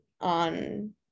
on